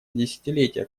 десятилетия